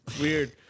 Weird